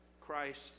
Christ